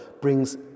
brings